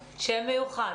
הכספים.